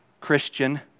Christian